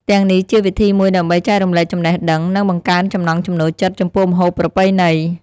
ទាំងនេះជាវិធីមួយដើម្បីចែករំលែកចំណេះដឹង និងបង្កើនចំណង់ចំណូលចិត្តចំពោះម្ហូបប្រពៃណី។